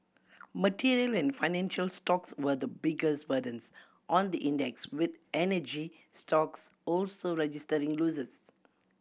material and financial stocks were the biggest burdens on the index with energy stocks also registering losses